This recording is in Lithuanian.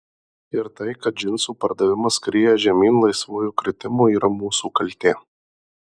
ir tai kad džinsų pardavimas skrieja žemyn laisvuoju kritimu yra mūsų kaltė